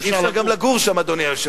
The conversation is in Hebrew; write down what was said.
אי-אפשר גם לגור שם, אדוני היושב-ראש.